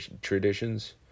traditions